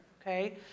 okay